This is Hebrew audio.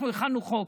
אנחנו הכנו חוק,